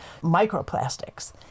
microplastics